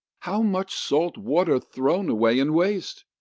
how much salt water thrown away in waste,